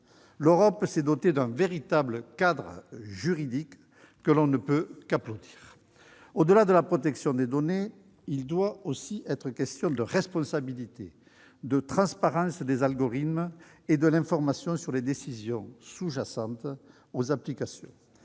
L'Europe s'est dotée d'un véritable cadre juridique, que l'on ne peut qu'applaudir. Au-delà de la protection des données, il doit aussi être question de responsabilité, de transparence des algorithmes et d'information sur les décisions sous-jacentes aux applications.